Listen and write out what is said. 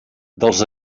dels